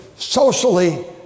Socially